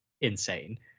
insane